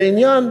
בעניין: